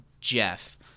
Jeff